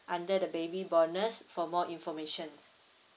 under the baby bonus for more informations